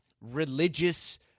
religious –